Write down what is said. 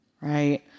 right